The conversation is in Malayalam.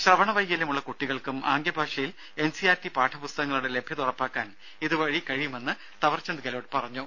ശ്രവണ വൈകല്യമുള്ള കുട്ടികൾക്കും ആംഗ്യഭാഷയിൽ എൻസിആർടി പാഠപുസ്തകങ്ങളുടെ ലഭ്യത ഉറപ്പാക്കാൻ ഇതു വഴി കഴിയുമെന്ന് താവർചന്ദ് ഗെലോട്ട് പറഞ്ഞു